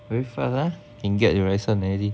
very fast ah can get your license already